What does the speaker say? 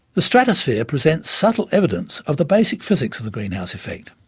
the stratosphere presents subtle evidence of the basic physics of the greenhouse effect.